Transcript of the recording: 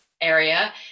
area